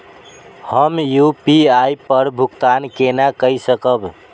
हम यू.पी.आई पर भुगतान केना कई सकब?